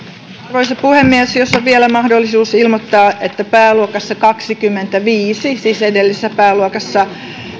arvoisa puhemies jos on vielä mahdollisuus ilmoittaa pääluokassa kaksikymmentäviisi siis edellisessä pääluokassa